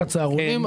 על הצהרונים,